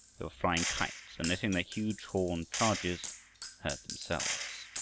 they were flying kites, and letting their huge-horned charges herd themselves.